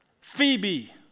Phoebe